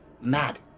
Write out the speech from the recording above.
mad